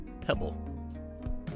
Pebble